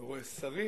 אני לא רואה שרים,